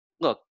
look